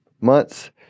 months